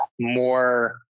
more